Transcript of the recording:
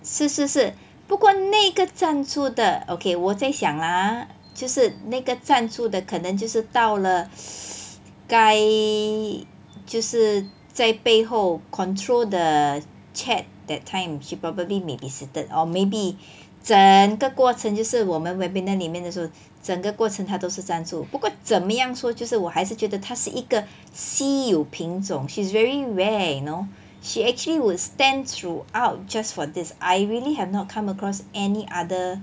是是是不过那一个站住的 okay 我在想 ah 就是那一个站住的可能就是到了该就是在背后 control the chat that time she probably may be seated or maybe 整个过程就是我们 webinar 里面的时候整个过程他都是站着不过怎么样说就是我还是觉得他是一个稀有品种 she's very rare you know she actually would stand throughout just for this I really have not come across any other